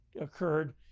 occurred